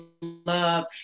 Love